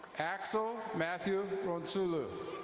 axle matthew ronsulu.